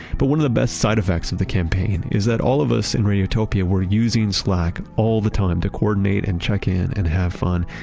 but one of the best side effects of the campaign is that all of us in radiotopia were using slack all the time to coordinate and check in and have fun.